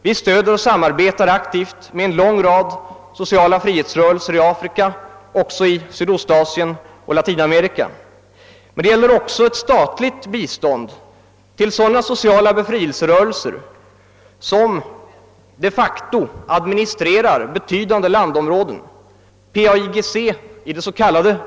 Vi stöder och samarbetar aktivt med en lång rad sociala frihetsrörelser i Afrika, i Sydöstasien och i Latinamerika. Men det gäller också statligt bistånd till sådana sociala befrielserörelser som de facto administrerar — betydande <:landområden. PAIGC i det s.k.